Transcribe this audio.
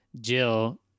Jill